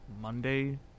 Monday